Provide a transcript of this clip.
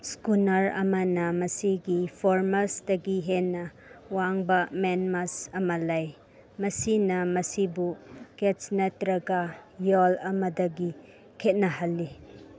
schooner ꯑꯃꯅ ꯃꯁꯥꯒꯤ ꯐꯣꯔꯃꯥꯁꯇꯒꯤ ꯍꯦꯟꯅ ꯋꯥꯡꯕ ꯃꯦꯟꯃꯥꯁ ꯑꯃ ꯂꯩ ꯃꯁꯤꯅ ꯃꯁꯤꯕꯨ ꯀꯦꯠꯁ ꯅꯠꯇ꯭ꯔꯒ ꯌꯣꯜ ꯑꯃꯗꯒꯤ ꯈꯦꯠꯅꯍꯜꯂꯤ